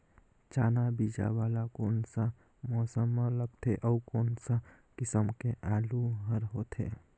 चाना बीजा वाला कोन सा मौसम म लगथे अउ कोन सा किसम के आलू हर होथे?